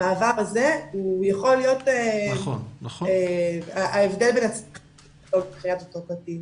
המעבר הזה יכול להיות ההבדל בין הצלחה לכישלון מבחינת אותו קטין.